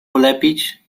ulepić